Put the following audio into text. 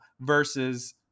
versus